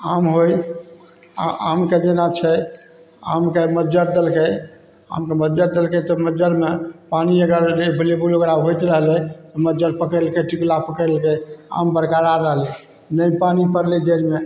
आम होइ आ आमके जेना छै आमके मज्जर देलकै आमके मज्जर देलकै सब मज्जरमे पानी एकरा के बराबर होइत रहलै तऽ मज्जर पकड़ि लेलकै टिकुला पकड़ि लेलकै आम बरकरार रहलै नहि पानी पड़लै जड़िमे तऽ